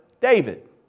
David